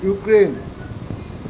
Ukraine